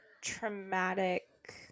traumatic